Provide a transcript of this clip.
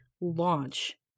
launch